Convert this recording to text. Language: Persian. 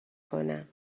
کنم